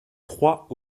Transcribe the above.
trois